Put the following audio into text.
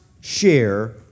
share